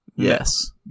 Yes